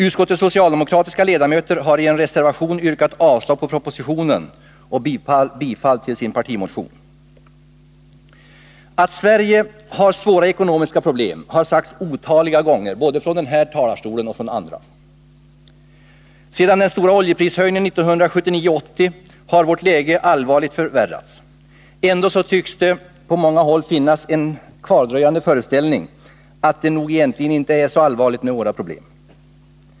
Utskottets socialdemokratiska ledamöter har i en reservation yrkat avslag på propositionen och bifall till den socialdemokratiska partimotionen. Att Sverige har svåra ekonomiska problem har sagts otaliga gånger från denna och andra talarstolar. Sedan den stora oljeprishöjningen 1979-1980 har vårt läge allvarligt förvärrats. Ändå tycks det på många håll finnas en kvardröjande föreställning, att det nog egentligen inte är så farligt med våra problem.